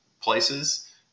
places